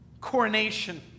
coronation